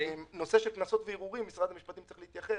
קנסות וערעורים משרד המשפטים צריך להתייחס.